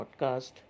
podcast